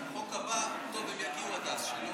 החוק הבא, טוב, הם יגיעו עד אז.